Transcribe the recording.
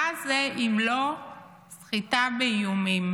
מה זה אם לא סחיטה באיומים?